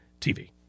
TV